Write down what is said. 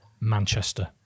Manchester